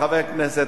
חבר הכנסת